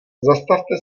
zastavte